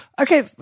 Okay